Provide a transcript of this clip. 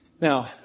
Now